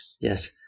yes